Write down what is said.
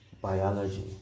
biology